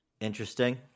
interesting